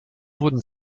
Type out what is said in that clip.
wurden